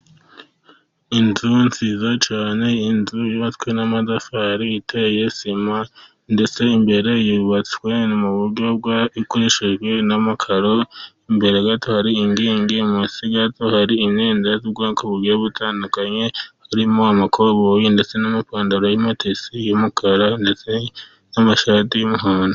Inzu nziza cyane, inzu yubatswe n'amatafari iteye sima, ndetse imbere yubatswe ikoreshejwe n'amakaro, imbere gato hari inkigi munsi gato hari imyenda y'ubwoko butandukanye, harimo amakoboyi ndetse n'amapantaro y'amatisi y'umukara ndetse n'amashati y'umuhondo.